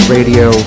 Radio